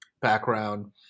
background